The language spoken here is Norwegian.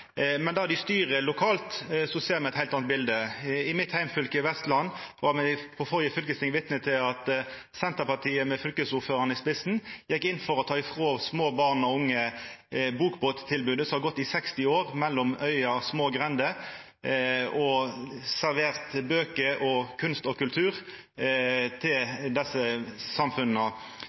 Men der dei styrer lokalt, ser vi eit heilt anna bilde. I mitt heimfylke, Vestland, var me på førre fylkesting vitne til at Senterpartiet, med fylkesordføraren i spissen, gjekk inn for å ta ifrå små barn og unge bokbåttilbodet, som har gått i 60 år mellom øyer og små grender og servert bøker og kunst og kultur til desse samfunna.